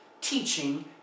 teaching